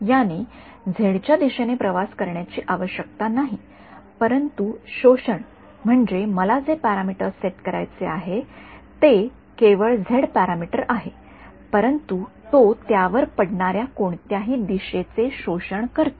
याने झेड च्या दिशेने प्रवास करण्याची आवश्यकता नाही परंतु शोषण म्हणजे मला जे पॅरामीटर्स सेट करायचे आहे ते केवळ झेड पॅरामीटर आहे परंतु तो त्यावर पडणाऱ्या कोणत्याही दिशेचे शोषण करतो